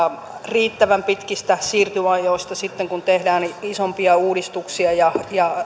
riittävän pitkistä siirtymäajoista sitten kun tehdään isompia uudistuksia ja